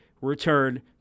returned